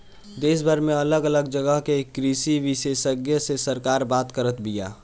देशभर में अलग अलग जगह के कृषि विशेषग्य से सरकार बात करत बिया